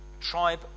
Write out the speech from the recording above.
tribe